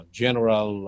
general